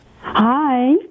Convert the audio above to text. Hi